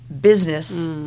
business